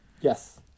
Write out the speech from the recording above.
yes